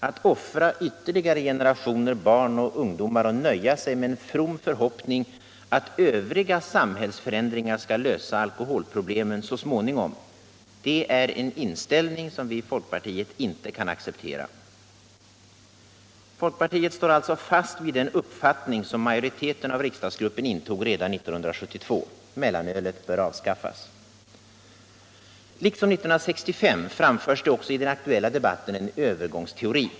Att offra ytterligare generationer barn och ungdomar och nöja sig med en from förhoppning att övriga samhällsförändringar skall lösa alkoholproblemen så småningom, är en inställning som vi i folkpartiet inte kan acceptera. Folkpartiet står alltså fast vid den uppfattning majoriteten av riksdagsgruppen hävdade redan 1972: mellanölet bör avskaffas. Liksom 1965 framförs det också i den aktuella debatten en ”övergångsteori”.